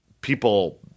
people